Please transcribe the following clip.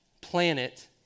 planet